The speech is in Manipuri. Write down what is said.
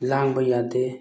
ꯂꯥꯡꯕ ꯌꯥꯗꯦ